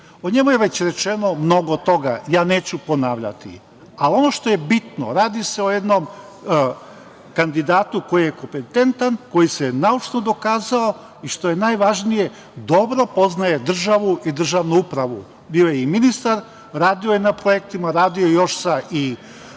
O njemu je već rečeno mnogo toga. Ja neću ponavljati. Ono što je bitno, radi se o jednom kandidatu koji je kompententan, koji se naučno dokazao i što je najvažnije dobro poznaje državu i državnu upravu. Bio je i ministar. Radio je na projektima. Radio je još i